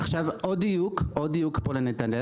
עוד דיוק פה לנתנאל